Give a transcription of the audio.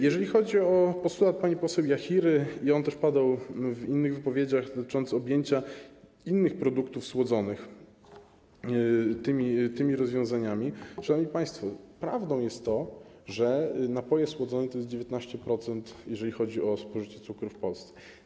Jeżeli chodzi o postulat pani poseł Jachiry, który padał też w innych wypowiedziach dotyczących objęcia innych produktów słodzonych tymi rozwiązaniami - szanowni państwo, prawdą jest to, że napoje słodzone to jest 19%, jeżeli chodzi o spożycie cukru w Polsce.